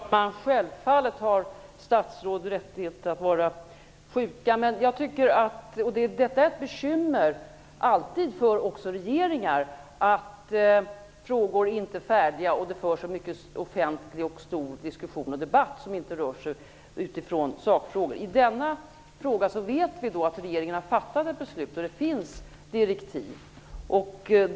Herr talman! Självfallet har statsråd rättighet att vara sjuka. Men det är ett bekymmer, även för regeringar, att frågor inte är färdiga och att det ändå förs en stor diskussion och debatt som inte har underlag i sakfrågor. I denna fråga vet vi att regeringen har fattat ett beslut. Det finns direktiv.